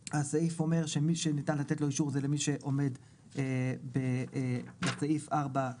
הסעיף עוד אומר שמי שניתן לתת לו אישור זה למי שעומד בסעיף 4/א'/3,